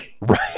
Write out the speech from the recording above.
Right